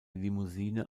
limousine